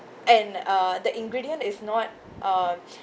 and uh the ingredient is not uh